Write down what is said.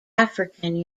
african